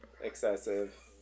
excessive